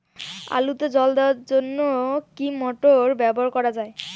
আলুতে জল দেওয়ার জন্য কি মোটর ব্যবহার করা যায়?